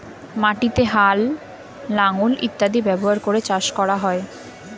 মাটিতে হাল, লাঙল ইত্যাদি ব্যবহার করে চাষ করা হয়